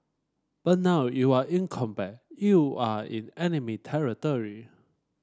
but now you're in combat you're in enemy territory